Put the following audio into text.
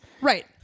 Right